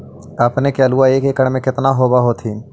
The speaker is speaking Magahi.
अपने के आलुआ एक एकड़ मे कितना होब होत्थिन?